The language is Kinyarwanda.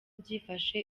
byifashe